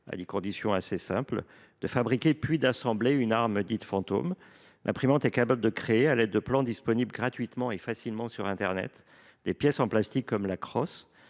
à des conditions assez simples, de fabriquer puis d’assembler une arme fantôme. L’imprimante est capable de créer, grâce à des plans disponibles gratuitement et facilement sur internet, des pièces en plastique comme la crosse,